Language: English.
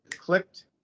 clicked